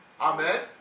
Amen